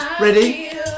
Ready